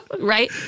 Right